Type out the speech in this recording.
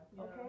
okay